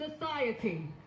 society